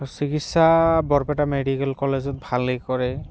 চিকিৎসা বৰপেটা মেডিকেল কলেজত ভালেই কৰে